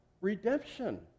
redemption